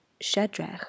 Shadrach